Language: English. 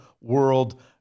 world